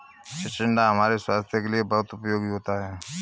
चिचिण्डा हमारे स्वास्थ के लिए बहुत उपयोगी होता है